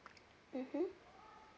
mmhmm